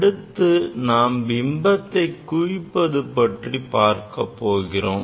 அடுத்து நாம் பிம்பத்தை குவிப்பது பற்றி பார்க்க போகிறோம்